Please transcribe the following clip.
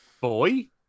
boy